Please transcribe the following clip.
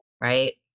right